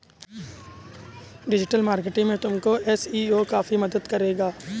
digital marketing में तुमको SEO काफी मदद करेगा